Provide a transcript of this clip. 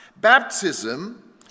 Baptism